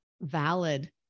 valid